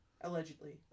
Allegedly